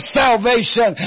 salvation